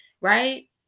Right